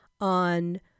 on